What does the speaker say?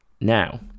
now